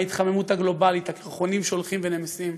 ההתחממות הגלובלית והקרחונים שהולכים ונמסים,